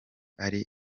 ari